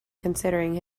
considering